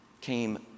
came